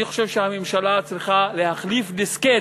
אני חושב שהממשלה צריכה להחליף דיסקט.